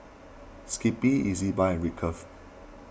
Skippy Ezbuy and